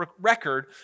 record